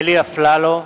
אלי אפללו,